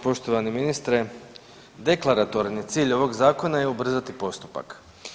Poštovani ministre, deklaratorni cilj ovog zakona je ubrzati postupak.